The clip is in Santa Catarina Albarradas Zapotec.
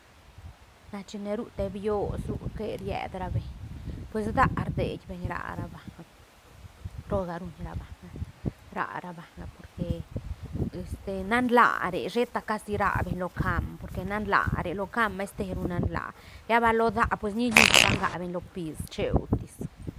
Na chine ru te bios ru que ried ra beñ pues daä rdei beñ ra rabanga loga ruñ ra banga ra rabanga porque este nan laa re sheta casi rabeñ lo caam porque nan laa re lo caam masteru nan laa lla bal lo daä pues niliú ba ngac beñ lo piis cheutis.